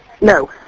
No